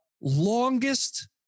longest